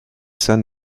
sun